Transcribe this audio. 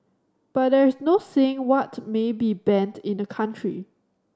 but there is no saying what may be banned in a country